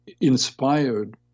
inspired